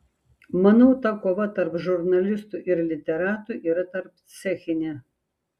manau ta kova tarp žurnalistų ir literatų yra tarpcechinė